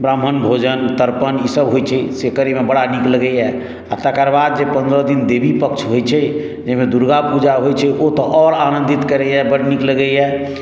ब्राह्मण भोजन तर्पण ई सब होइ छै से करैमे बड़ा नीक लगैए आओर तकर बाद जे पन्द्रह दिन देवीपक्ष होइ छै जाहिमे दुर्गापूजा होइ छै ओ तऽ आओर आनन्दित करैए बड़ नीक लगैए